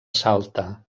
salta